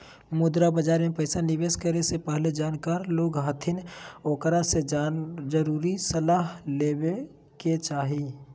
मुद्रा बाजार मे पैसा निवेश करे से पहले जानकार लोग हथिन ओकरा से जरुर सलाह ले लेवे के चाही